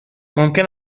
ممکن